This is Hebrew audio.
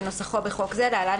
כנוסחו בחוק זה (להלן,